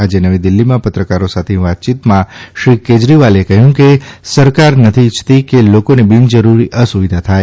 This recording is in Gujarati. આજે નવી દિલ્હીમાં પત્રકારો સાથેની વાતચીતમાં શ્રી કેજરીવાલે કહ્યું કે સરકારે નથી ઇચ્છતી કે લોકોને બિનજરૂરી અસુવિધા થાય